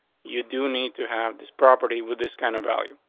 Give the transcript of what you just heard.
you do need to have this property with this kind of value.